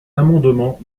amendement